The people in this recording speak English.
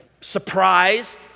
surprised